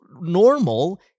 normal